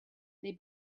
they